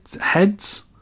heads